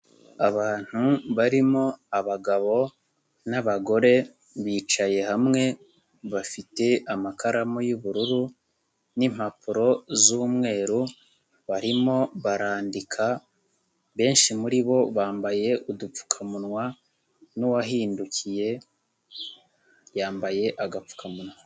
Abantu barimo abagabo n'abagore bicaye hamwe bafite amakaramu y'ubururu, n'impapuro z'umweru barimo barandika, benshi muri bo bambaye udupfukamunwa, n'uwahindukiye yambaye agapfukamunwa.